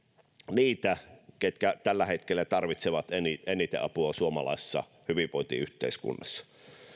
niitä ketkä tällä hetkellä tarvitsevat eniten eniten apua suomalaisessa hyvinvointiyhteiskunnassa